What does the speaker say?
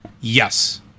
Yes